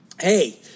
Hey